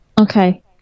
okay